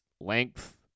length